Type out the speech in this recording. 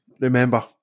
remember